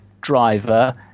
driver